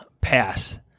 pass